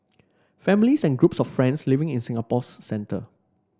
families and groups of friends living in Singapore's centre